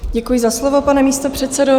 Děkuji za slovo, pane místopředsedo.